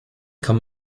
kam